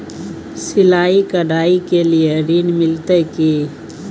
सिलाई, कढ़ाई के लिए ऋण मिलते की?